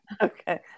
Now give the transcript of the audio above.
Okay